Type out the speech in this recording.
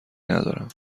ندارم